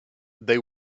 they